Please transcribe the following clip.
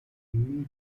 أمي